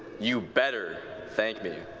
you better thank me.